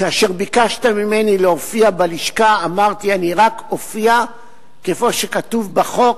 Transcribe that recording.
כאשר ביקשת ממני להופיע בלשכה אמרתי: אני אופיע רק איפה שכתוב בחוק,